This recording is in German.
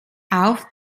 auf